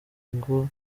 ngo